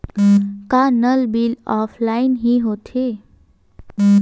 का नल bill offline हि होथे?